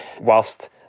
whilst